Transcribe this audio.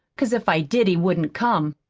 cause if i did he wouldn't come.